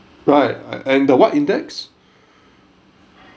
right and ah what index